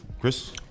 Chris